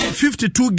52